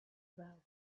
well